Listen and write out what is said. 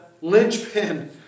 linchpin